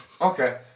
okay